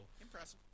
Impressive